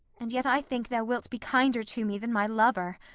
and yet i think thou wilt be kinder to me than my lover,